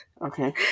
Okay